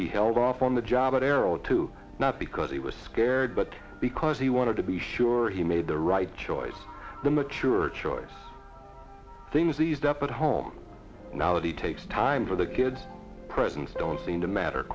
he held off on the job at arrow two not because he was scared but because he wanted to be sure he made the right choice the mature choice things eased up at home now that he takes time for the kids presents don't seem to matter